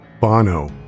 Bono